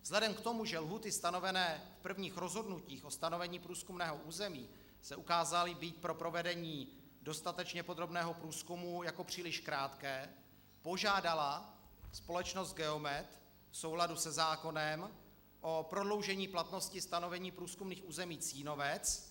Vzhledem k tomu, že lhůty stanovené v prvních rozhodnutích o stanovení průzkumného území se ukázaly být pro provedení dostatečně podrobného průzkumu jako příliš krátké, požádala společnost Geomet v souladu se zákonem o prodloužení platnosti stanovení průzkumných území Cínovec.